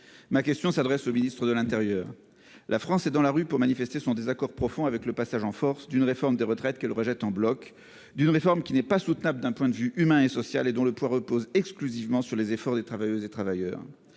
Ma question s'adresse au ministre de l'intérieur et des outre-mer. La France est dans la rue pour manifester son désaccord profond avec le passage en force d'une réforme des retraites qu'elle rejette en bloc. Cette réforme n'est pas soutenable d'un point de vue humain et social, et son poids repose exclusivement sur les efforts des travailleuses et travailleurs.